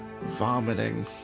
vomiting